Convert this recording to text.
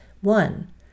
One